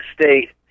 state